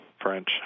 French